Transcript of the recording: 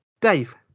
Dave